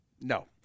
No